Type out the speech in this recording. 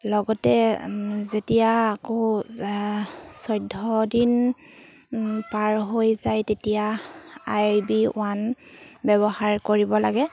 লগতে যেতিয়া আকৌ চৈধ্য দিন পাৰ হৈ যায় তেতিয়া আই বি ৱান ব্যৱহাৰ কৰিব লাগে